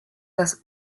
das